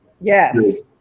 Yes